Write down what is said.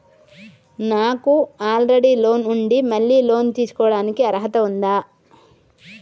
నాకు already loan ఉండి మళ్ళీ లోన్ తీసుకోవడానికి అర్హత ఉందా?